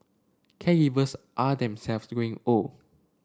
caregivers are themselves growing old